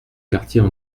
quartiers